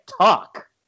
talk